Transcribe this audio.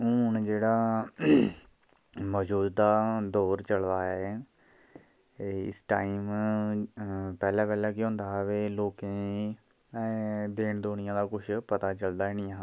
हून जेह्ड़ा मजूदा दौर चला दा ऐ इस टाइम पैह्लै पैह्लै केह् होंदा हा के लोकें ई देन दुनियां दा कुछ पता चलदा निं हा